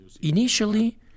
Initially